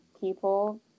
people